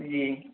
जी